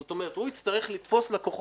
זאת אומרת, הוא יצטרך לתפוס לקוחות,